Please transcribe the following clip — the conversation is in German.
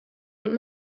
und